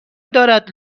دارد